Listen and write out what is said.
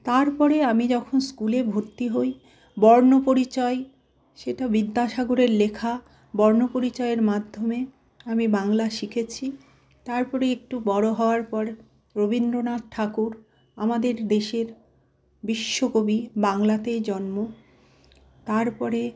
তারপরে আমি যখন স্কুলে ভর্তি হই বর্ণপরিচয় সেটা বিদ্যাসাগরের লেখা বর্ণপরিচয়ের মাধ্যমে আমি বাংলা শিখেছি তারপরে একটু বড় হওয়ার পর রবীন্দ্রনাথ ঠাকুর আমাদের দেশের বিশ্বকবি বাংলাতেই জন্ম তারপরে